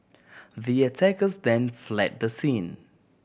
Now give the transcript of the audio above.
the attackers then fled the scene